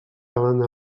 davant